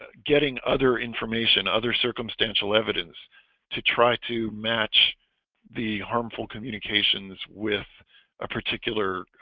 getting other information other circumstantial evidence to try to match the harmful communications with a particular